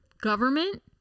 government